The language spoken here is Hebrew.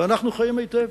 ואנחנו חיים היטב.